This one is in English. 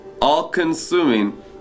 all-consuming